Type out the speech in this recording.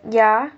ya